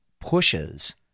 pushes